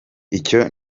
icyo